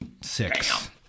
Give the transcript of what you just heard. six